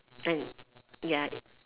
um ya